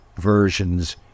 versions